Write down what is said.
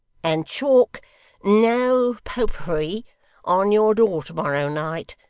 and chalk no popery on your door to-morrow night,